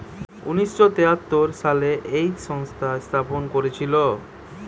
উনিশ শ তেয়াত্তর সালে এই সংস্থা স্থাপন করেছিল